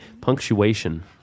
Punctuation